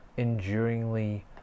Enduringly